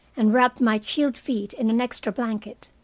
and wrapped my chilled feet in an extra blanket.